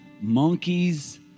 monkeys